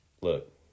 look